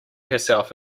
herself